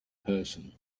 person